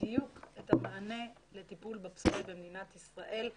בדיוק את המענה לטיפול בפסולת במדינת ישראל,